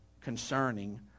concerning